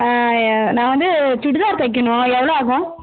நான் வந்து சுடிதார் தைக்கணும் எவ்வளோ ஆகும்